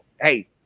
Hey